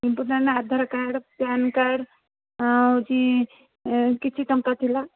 important Aadhaar card PAN card ହେଉଛି କିଛି ଟଙ୍କା ଥିଲା